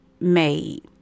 made